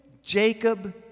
Jacob